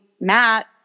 Matt